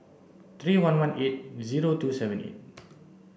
three one one eight zero two seven eight